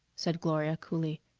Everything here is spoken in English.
said gloria coolly.